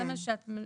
זה מה שאת מדברת.